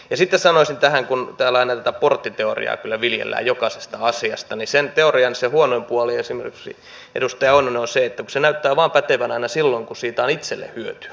sitten sanoisin tähän kun täällä aina tätä porttiteoriaa kyllä viljellään jokaisesta asiasta että sen teorian huonoin puoli esimerkiksi edustaja oinonen on se että se näyttää pätevän aina vain silloin kun siitä on itselle hyötyä